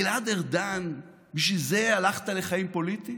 גלעד ארדן, בשביל זה הלכת לחיים פוליטיים?